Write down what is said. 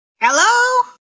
Hello